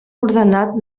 ordenat